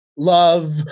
Love